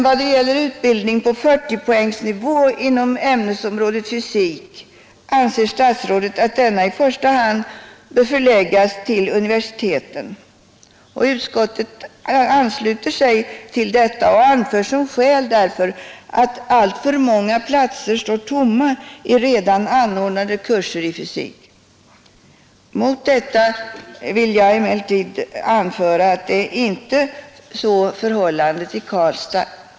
Vad gäller utbildning på 40-poängsnivå inom ämnesområdet fysik anser statsrådet att denna i första hand bör förläggas till universiteten. Utskottet ansluter sig till detta och anför som skäl att alltför många platser står tomma i redan anordnade kurser i fysik. Så är icke förhållandet i Karlstad.